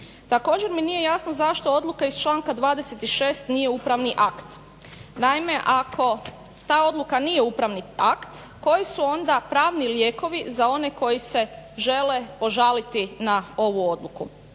Također mi nije jasno zašto odluka iz članka 26. nije upravni akt? Naime, ako ta odluka nije upravni akt koji su onda pravni lijekovi za one koji se žele požaliti na ovu odluku?